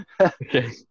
Okay